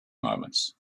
moments